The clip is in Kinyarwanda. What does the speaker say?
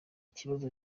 kibazo